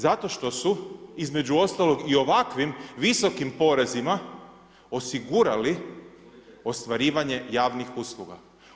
Zato što su između ostalog i ovakvim visokim porezima, osigurali ostvarivanje javnih usluga.